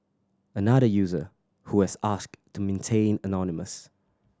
another user who has asked to maintain anonymous